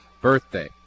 birthday